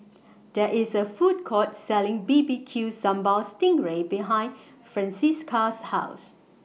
There IS A Food Court Selling B B Q Sambal Sting Ray behind Francisca's House